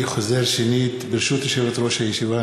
אני חוזר: ברשות יושבת-ראש הישיבה,